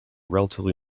relatively